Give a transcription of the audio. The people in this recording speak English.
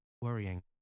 worrying